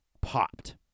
popped